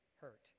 hurt